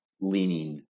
leaning